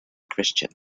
christian